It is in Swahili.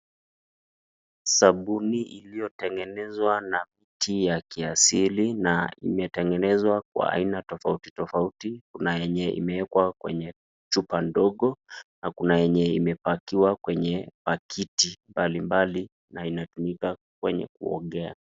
Sabuni iliyotengenezwa na mti ya kiasili na imetengenezwa kwa aina tofautu tofautu kuna yenye imeekwa kwenye chupa ndogo na kuna yenye imepakiwa kwenye pakiti mbali mbali na inatumika kwenye kuogea.